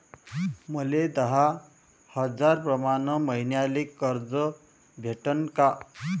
मले दहा हजार प्रमाण मईन्याले कर्ज भेटन का?